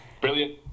Brilliant